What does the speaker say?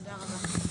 תודה רבה.